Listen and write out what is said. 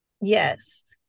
yes